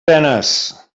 penes